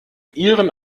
ihren